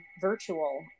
virtual